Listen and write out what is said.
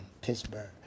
Pittsburgh